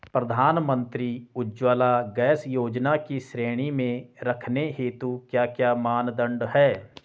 प्रधानमंत्री उज्जवला गैस योजना की श्रेणी में रखने हेतु क्या क्या मानदंड है?